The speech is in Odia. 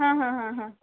ହଁ ହଁ ହଁ